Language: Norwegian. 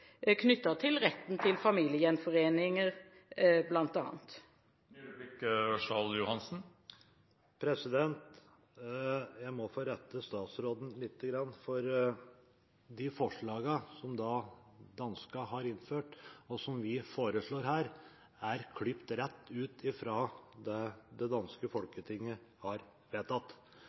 knyttet til retten til familiegjenforeninger. Jeg må få rette på statsråden lite grann, for de forslagene som danskene har innført – og som vi foreslår her – er klippet rett ut fra det som det danske Folketinget har vedtatt.